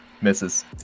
misses